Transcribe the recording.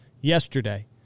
yesterday